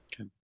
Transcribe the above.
Okay